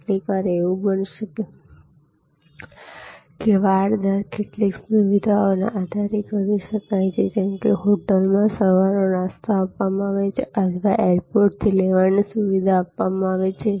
કેટલીકવાર એવું બની શકે છે વાડ દર કેટલીક સુવિધાઓના આધારે કરી શકાય છે જેમ કે હોટલ માં સવાર નો નાસ્તો આપવામાં આવે અથવા એરપોર્ટ થી લેવાની સુવિધા આપવામાં આવે છે